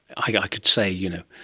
i could say, you know,